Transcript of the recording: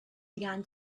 began